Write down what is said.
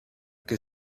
que